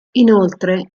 inoltre